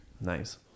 Nice